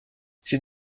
ces